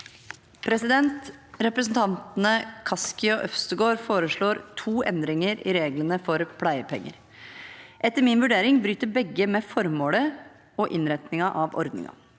Representantene Kaski og Øvstegård foreslår to endringer i reglene for pleiepenger. Etter min vurdering bryter begge med formålet med og innretningen av ordningen.